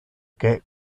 que